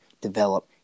develop